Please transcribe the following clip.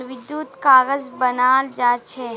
वर्धात कागज बनाल जा छे